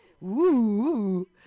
Woo